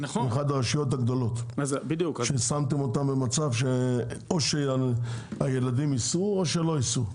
במיוחד הרשויות הגדולות ששמתם אותם במצב שאו שהילדים ייסעו שלא ייסעו.